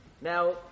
Now